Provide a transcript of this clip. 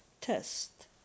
test